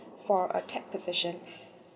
for a tap position